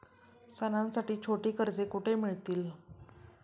सणांसाठी छोटी कर्जे कुठे मिळतील?